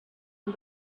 and